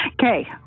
Okay